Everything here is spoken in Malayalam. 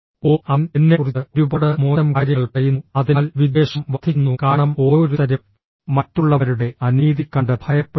ഓ അവൻ എന്നെക്കുറിച്ച് ഒരുപാട് മോശം കാര്യങ്ങൾ പറയുന്നു അതിനാൽ വിദ്വേഷം വർദ്ധിക്കുന്നു കാരണം ഓരോരുത്തരും മറ്റുള്ളവരുടെ അനീതി കണ്ട് ഭയപ്പെടുക